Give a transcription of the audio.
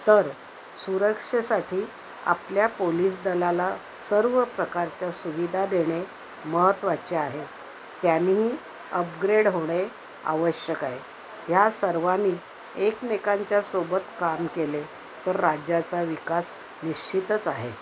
तर सुरक्षेसाठी आपल्या पोलीस दलाला सर्व प्रकारच्या सुविधा देणे महत्त्वाचे आहे त्यांनीही अपग्रेड होणे आवश्यक आहे ह्या सर्वनी एकमेकांच्यासोबत काम केले तर राज्याचा विकास निश्चितच आहे